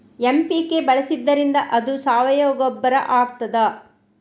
MPK ಬಳಸಿದ್ದರಿಂದ ಅದು ಸಾವಯವ ಗೊಬ್ಬರ ಆಗ್ತದ?